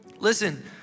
Listen